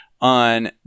on